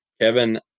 Kevin